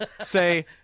Say